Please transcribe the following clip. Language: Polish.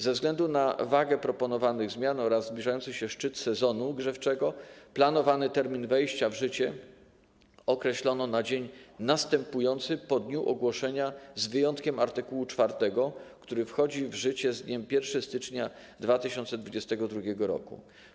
Ze względu na wagę proponowanych zmian oraz zbliżający się szczyt sezonu grzewczego planowany termin wejścia w życie określono na dzień następujący po dniu ogłoszenia, z wyjątkiem art. 4, który wchodzi w życie z dniem 1 stycznia 2022 r.